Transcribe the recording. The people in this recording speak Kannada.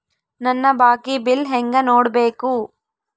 ನನ್ನ ಬಾಕಿ ಬಿಲ್ ಹೆಂಗ ನೋಡ್ಬೇಕು?